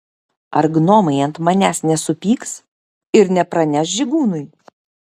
ar gnomai ant manęs nesupyks ir nepraneš žygūnui